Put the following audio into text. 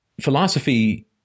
Philosophy